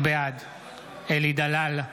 בעד אלי דלל,